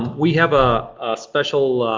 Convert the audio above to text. we have a special